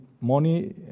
money